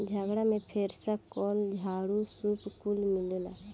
झगड़ा में फेरसा, कल, झाड़ू, सूप कुल मिलेला